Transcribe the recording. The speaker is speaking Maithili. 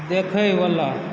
देखैवला